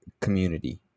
community